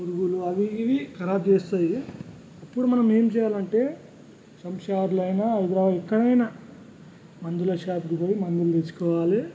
పురుగులు అవి ఇవి ఖరాబు చేస్తాయి అప్పుడు మనం ఏం చేయాలంటే శంషాబాద్లో అయినా హైదరాబాద్లో అయినా ఎక్కడైనా మందుల షాప్కి పోయి మందులు తెచ్చుకోవాలి